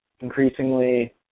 increasingly